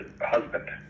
husband